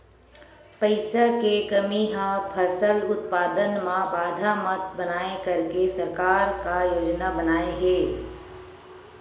पईसा के कमी हा फसल उत्पादन मा बाधा मत बनाए करके सरकार का योजना बनाए हे?